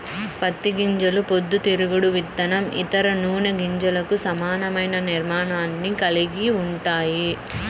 పత్తి గింజలు పొద్దుతిరుగుడు విత్తనం, ఇతర నూనె గింజలకు సమానమైన నిర్మాణాన్ని కలిగి ఉంటాయి